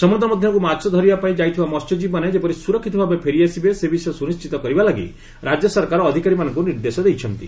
ସମୁଦ୍ର ମଧ୍ୟକୁ ମାଛ ଧରିବା ପାଇଁ ଯାଇଥିବା ମହ୍ୟକ୍ଷୀବୀମାନେ ଯେପରି ସୁରକ୍ଷିତ ଭାବେ ଫେରି ଆସିବେ ସେ ବିଷୟ ସୁନିଶ୍ଚିତ କରିବା ଲାଗି ରାଜ୍ୟ ସରକାର ଅଧିକାରୀମାନଙ୍କୁ ନିର୍ଦ୍ଦେଶ ଦେଇଛନ୍ତି